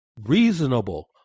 reasonable